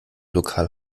lokal